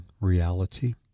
reality